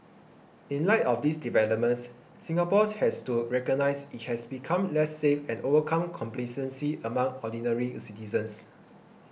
in light of these developments Singapore has to recognise it has become less safe and overcome complacency among ordinary citizens